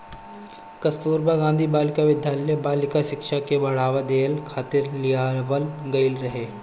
कस्तूरबा गांधी बालिका विद्यालय बालिका शिक्षा के बढ़ावा देहला खातिर लियावल गईल रहे